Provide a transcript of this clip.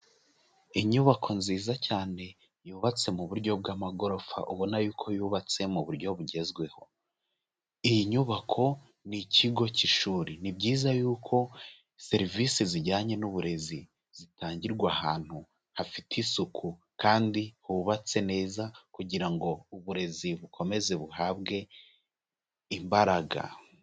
Inyubako nziza cyane yubatse mu buryo bw'amagorofa ubona y'uko yubatse mu buryo bugezweho, iyi nyubako ni ikigo cy'ishuri, ni byiza y'uko serivisi zijyanye n'uburezi zitangirwa ahantu hafite isuku kandi hubatse neza kugira ngo uburezi bukomeze buhabwe imbaraga.